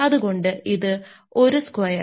അത്കൊണ്ട് ഇത് 1 സ്ക്വയർ